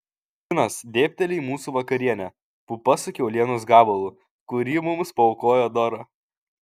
finas dėbteli į mūsų vakarienę pupas su kiaulienos gabalu kurį mums paaukojo dora